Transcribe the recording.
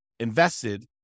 invested